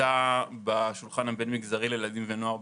שהתוותה בשולחן הבין מגזרי לילדים ונוער בקורונה.